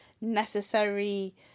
necessary